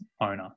owner